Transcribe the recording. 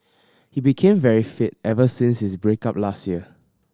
he became very fit ever since his break up last year